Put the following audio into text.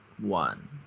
one